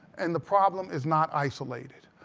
and the problem is not isolated.